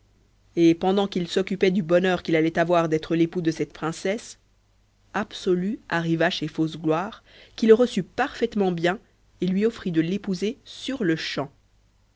et pendant qu'il s'occupait du bonheur qu'il allait avoir d'être l'époux de cette princesse absolu arriva chez fausse gloire qui le reçut parfaitement bien et lui offrit de l'épouser sur-le-champ